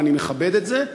ואני מכבד את זה,